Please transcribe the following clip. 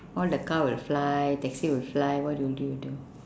all the car will fly taxi will fly what will you do